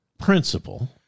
principle